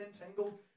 entangled